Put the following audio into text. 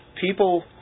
People